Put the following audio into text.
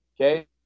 okay